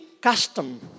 custom